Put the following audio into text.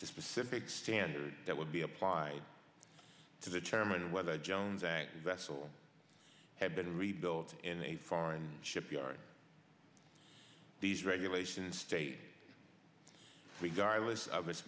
the specific standards that would be applied to determine whether jones vessel had been rebuilt in a foreign shipyard these regulations state regardless of